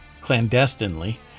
clandestinely